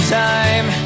time